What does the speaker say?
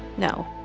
no,